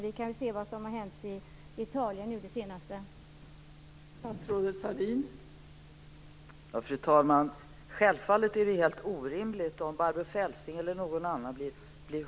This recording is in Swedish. Vi kan ju se vad som har hänt i Italien på den senaste tiden.